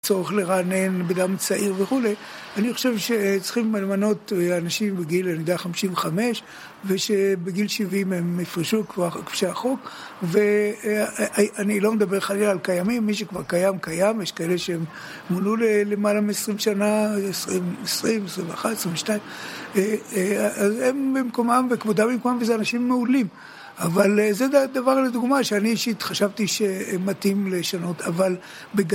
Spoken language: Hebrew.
צורך לרענן בגלל מצעיר וכו', אני חושב שצריכים למנות אנשים בגיל, אני יודע, חמשים וחמש ושבגיל שבעים הם יפרשו כפי שהחוק ואני לא מדבר חלילה על קיימים, מי שכבר קיים קיים, יש כאלה שהם מונו למעלה מ-20 שנה, 20, 21, 22 אז הם במקומם, וכבודם במקומם, וזה אנשים מעולים אבל זה דבר לדוגמה, שאני אישית חשבתי שמתאים לשנות, אבל